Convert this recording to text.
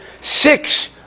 six